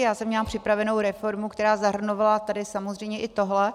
Já jsem měla připravenou reformu, která zahrnovala samozřejmě i tohle.